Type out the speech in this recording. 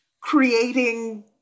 creating